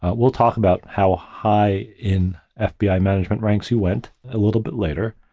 ah we'll talk about how high in ah fbi management ranks you went a little bit later,